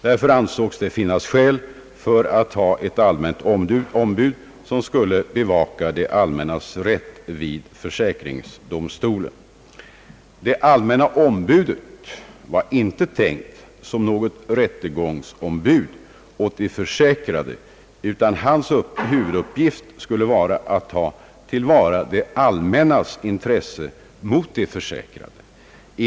Av denna anledning ansågs det finnas skäl för att ha ett allmänt ombud, som skulle bevaka det allmännas rätt vid försäkringsdomstolen. Det allmänna ombudet var inte tänkt som något rättegångsombud för de försäkrade, utan hans huvuduppgift skulle vara ati ta till vara det allmännas intresse mot de försäkrade.